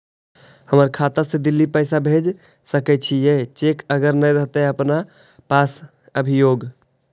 हमर खाता से दिल्ली पैसा भेज सकै छियै चेक अगर नय रहतै अपना पास अभियोग?